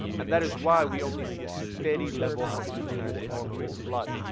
and that is why we only see a steady level of luteinizing hormone in the blood